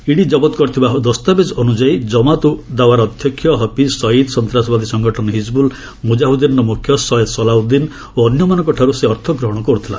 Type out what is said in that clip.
ED ଜବତ କରିଥିବା ଦସ୍ତାବେଜ୍ ଅନୁଯାୟୀ ଜମାତ୍ ଉ ଦାୱାର ଅଧ୍ୟକ୍ଷ ହଫିଜ୍ ସଇଦ୍ ସନ୍ତାସବାଦୀ ସଙ୍ଗଠନ ହିଜିବୁଲ୍ ମୁଜାହିଦ୍ଦିନ୍ର ମୁଖ୍ୟ ସୟଦ୍ ସଲାହୁଦ୍ଦିନ୍ ଓ ଅନ୍ୟମାନଙ୍କଠାରୁ ସେ ଅର୍ଥଗ୍ରହଣ କରୁଥିଲା